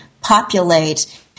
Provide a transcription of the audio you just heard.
populate